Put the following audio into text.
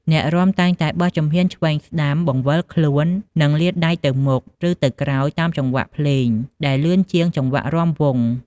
អ្នករាំតែងតែបោះជំហានឆ្វេងស្ដាំ បង្វិលខ្លួន និងលាតដៃទៅមុខ ឬទៅក្រោយតាមចង្វាក់ភ្លេងដែលលឿនជាងចង្វាក់រាំវង់។